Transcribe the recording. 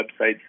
websites